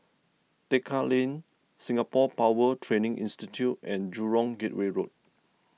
Tekka Lane Singapore Power Training Institute and Jurong Gateway Road